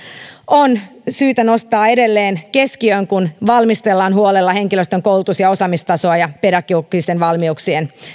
on syytä nostaa edelleen keskiöön kun valmistellaan huolella henkilöstön koulutus ja osaamistasoa ja pedagogisten valmiuksien